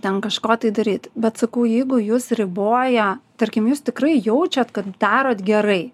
ten kažko tai daryt bet sakau jeigu jus riboja tarkim jūs tikrai jaučiat kad darot gerai